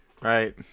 Right